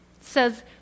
says